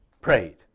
prayed